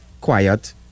quiet